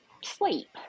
sleep